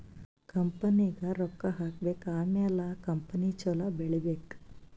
ಕಂಪನಿನಾಗ್ ರೊಕ್ಕಾ ಹಾಕಬೇಕ್ ಆಮ್ಯಾಲ ಕಂಪನಿ ಛಲೋ ಬೆಳೀಬೇಕ್